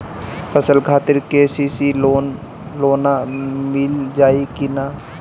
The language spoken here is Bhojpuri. फसल खातिर के.सी.सी लोना मील जाई किना?